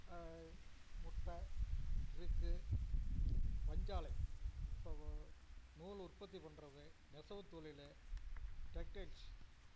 முட்டை ரிக்கு பஞ்சாலை இப்போ நூல் உற்பத்தி பண்ணுறது நெசவுத் தொழில் டெக்டைல்ஸ்